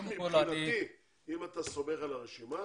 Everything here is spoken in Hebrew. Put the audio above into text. מבחינתי, אם אתה סומך על הרשימה